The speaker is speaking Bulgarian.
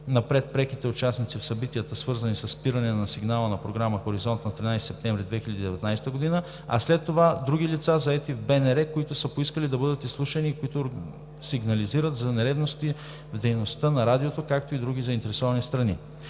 най-напред преките участници в събитията, свързани със спиране на сигнала на програма „Хоризонт“ на 13 септември 2019 г., а след това други лица, заети в Българското национално радио, които са поискали да бъдат изслушани и които сигнализират за нередности в дейността на радиото, както и други заинтересовани страни.